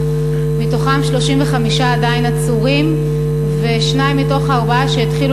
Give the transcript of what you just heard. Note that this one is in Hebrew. מתוכם 35 עדיין עצורים ושניים מתוך הארבעה שהתחילו